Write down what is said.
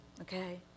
Okay